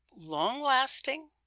long-lasting